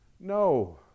no